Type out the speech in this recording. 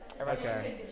Okay